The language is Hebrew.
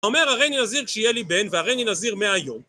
אומר הריני נזיר שיהיה לי בן והריני נזיר מהיום